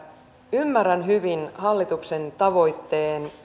ymmärrän hyvin hallituksen tavoitteen